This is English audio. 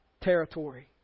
territory